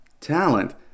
talent